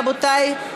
רבותי,